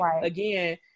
again